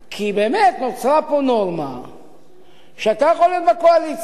כי באמת נוצרה פה נורמה שאתה בקואליציה,